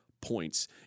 points